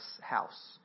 house